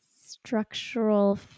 structural